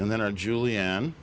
and then our julienne